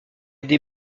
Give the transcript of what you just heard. des